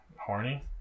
Horny